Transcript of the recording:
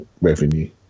revenue